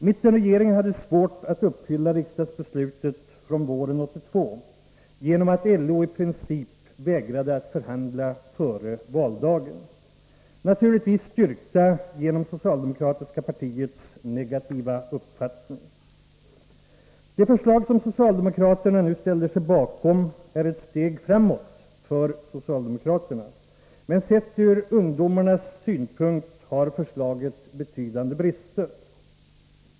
Mittenregeringen hade svårt att uppfylla riksdagsbeslutet från våren 1982 genom att LO i princip vägrade att förhandla före valdagen — naturligtvis styrkt genom socialdemokratiska partiets negativa inställning. De förslag som socialdemokraterna nu ställer sig bakom är ett steg framåt för socialdemokraterna, men sett ur ungdomarnas synpunkt har förslaget betydande brister.